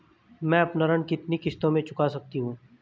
मैं अपना ऋण कितनी किश्तों में चुका सकती हूँ?